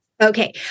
Okay